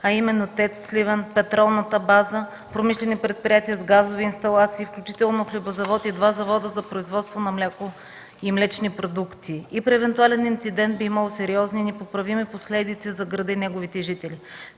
а именно ТЕЦ – Сливен, петролната база, промишлени предприятия с газови инсталации, включително хлебозавод и два завода за производство на мляко и млечни продукти. При евентуален инцидент би имало сериозни и непоправими последици за града и неговите жители.